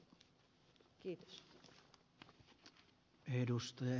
arvoisa puhemies